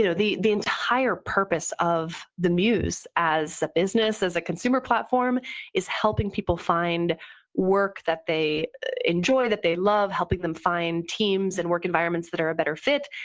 you know the the entire purpose of the muse as a business, as a consumer platform is helping people find work that they enjoy, that they love, helping them find teams and work environments that are a better fit.